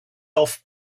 off